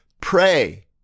pray